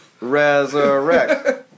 Resurrect